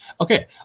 Okay